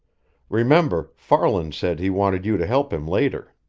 remember, farland said he wanted you to help him later.